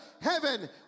heaven